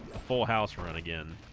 a full house run again